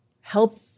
help